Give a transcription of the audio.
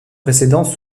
précédentes